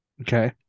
okay